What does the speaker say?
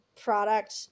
product